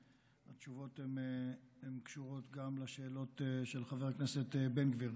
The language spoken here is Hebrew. התשובות קשורות גם לשאלות של חבר הכנסת בן גביר.